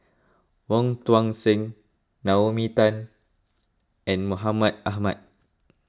Wong Tuang Seng Naomi Tan and Mohamed Ahmed